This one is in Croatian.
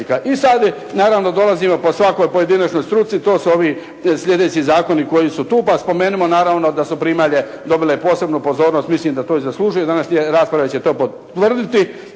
I sada naravno dolazimo po svakoj pojedinačnoj struci, to su oni sljedeći zakoni koji su tu. I spomenimo naravno da su primalje dobile posebnu pozornost, mislima da to i zaslužuju, današnje rasprave će to potvrditi,